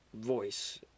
voice